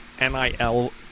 NIL